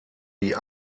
die